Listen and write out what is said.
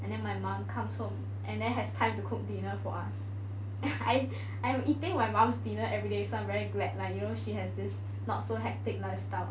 and then my mum comes home and then has time to cook dinner for us I I'm eating my mum's dinner everyday so I'm very glad lah you know that she has this not so hectic lifestyle